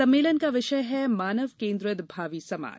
सम्मेलन का विषय है मानव केन्द्रित भावी समाज